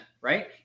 right